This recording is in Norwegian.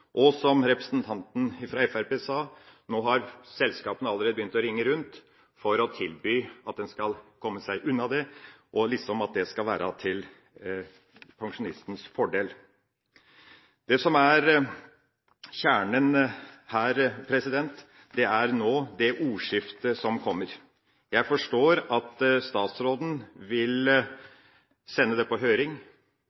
og som representanten Solvik-Olsen fra Fremskrittspartiet sa, har selskapene allerede begynt å ringe rundt med tilbud, for at man skal komme seg unna det, og at det liksom skal være til pensjonistenes fordel. Det som er kjernen her, er det ordskiftet som nå kommer. Jeg forstår at statsråden vil